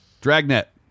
Dragnet